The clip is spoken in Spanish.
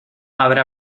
habrá